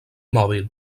mòbil